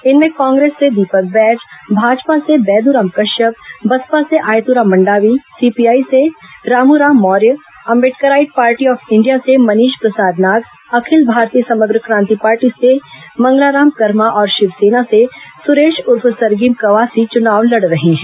इनमें कांग्रेस से दीपक बैज भाजपा से बैद्राम कश्यप बसपा से आयतुराम मंडावी सीपीआई से Ramuram Maurya Ambedkarite party of India से मनीष प्रसाद नाग अखिल भारतीय समग्र क्रांति पार्टी से मंगलाराम कर्मा और शिवसेना से सुरेश उर्फ सरगीम कवासी चुनाव लड़ रहे हैं